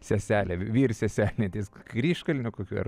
seselę vyr seselę kryžkalniu kokiu ar